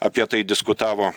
apie tai diskutavo